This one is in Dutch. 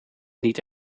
niet